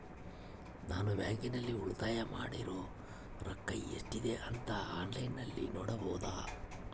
ನಾನು ಬ್ಯಾಂಕಿನಲ್ಲಿ ಉಳಿತಾಯ ಮಾಡಿರೋ ರೊಕ್ಕ ಎಷ್ಟಿದೆ ಅಂತಾ ಆನ್ಲೈನಿನಲ್ಲಿ ನೋಡಬಹುದಾ?